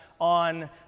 on